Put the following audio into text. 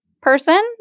person